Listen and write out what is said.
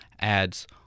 ads